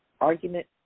argument